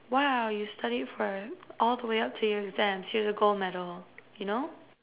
!wow! you've studied for all the way up to your exams here's a gold medal you know